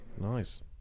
Nice